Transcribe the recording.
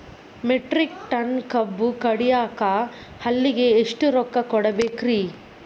Metric ton ಕಬ್ಬು ಕಡಿಯಾಕ ಆಳಿಗೆ ಎಷ್ಟ ರೊಕ್ಕ ಕೊಡಬೇಕ್ರೇ?